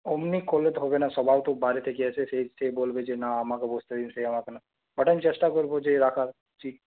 ওমনি করলে তো হবে না সবাই তো বাইরে থেকে আসে সে বলবে যে না আমাকে বসতে দিন বাট আমি চেষ্টা করবো যে রাখার সিট